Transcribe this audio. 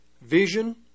Vision